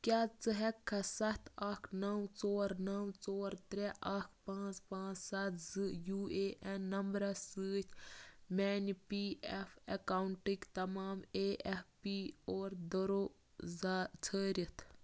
کیٛاہ ژٕ ہٮ۪کہٕ کھا سَتھ اَکھ نَو ژور نَو ژور ترٛےٚ اَکھ پانٛژھ پانٛژھ سَتھ زٕ یوٗ اے اٮ۪ن نَمبرَس سۭتۍ میٛانہِ پی اٮ۪ف اٮ۪کاوُنٛٹٕکۍ تمام اے اٮ۪ف پی اور دَرو زا ژھٲرِتھ